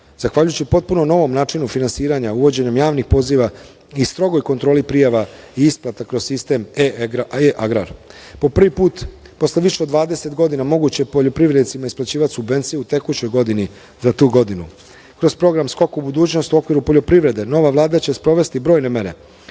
zahvaljujući potpuno novom načinu finansiranja, uvođenjem javnih poziva i strogoj kontroli prijava i isplata kroz sistem e-agrar. Po prvi put, posle više od 20 godina, moguće je poljoprivrednicima isplaćivati subvencije u tekućoj godini za tu godinu. Kroz program „Skok u budućnost“ u okviru poljoprivrede, nova Vlada će sprovesti brojne mere